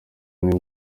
nibwo